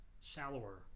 shallower